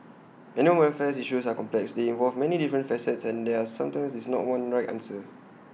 animal welfare issues are complex they involve many different facets and there are sometimes is not one right answer